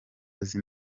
azi